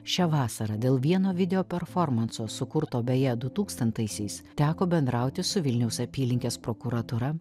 šią vasarą dėl vieno video performanso sukurto beje du tūkstantaisiais teko bendrauti su vilniaus apylinkės prokuratūra